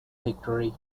victory